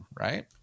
right